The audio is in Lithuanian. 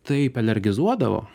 taip alergizuodavo